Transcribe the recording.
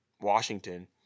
Washington